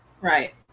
Right